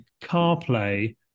CarPlay